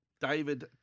David